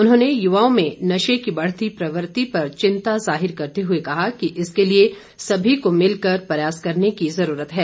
उन्होंने युवाओं में नशे की बढ़ती प्रवृति पर चिंता जाहिर करते हुए कहा कि इसके लिए सभी को मिलकर प्रयास करने की जरूरत है